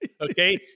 Okay